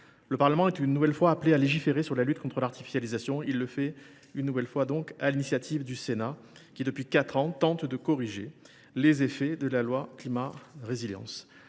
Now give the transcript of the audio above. Le Parlement est une nouvelle fois appelé à légiférer sur la lutte contre l’artificialisation. Il le fait une nouvelle fois sur l’initiative du Sénat, qui, depuis quatre ans, tente de corriger les effets de la loi Climat et Résilience.